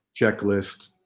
checklist